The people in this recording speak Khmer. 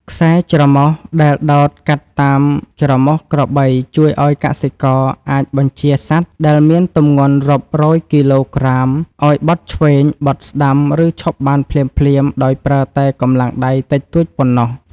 ខ្សែច្រមុះដែលដោតកាត់តាមច្រមុះក្របីជួយឱ្យកសិករអាចបញ្ជាសត្វដែលមានទម្ងន់រាប់រយគីឡូក្រាមឱ្យបត់ឆ្វេង បត់ស្តាំ ឬឈប់បានភ្លាមៗដោយប្រើតែកម្លាំងដៃតិចតួចប៉ុណ្ណោះ។